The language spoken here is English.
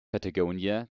patagonia